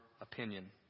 opinion